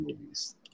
movies